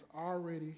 already